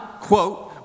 quote